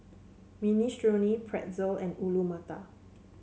Minestrone Pretzel and Alu Matar